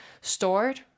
stored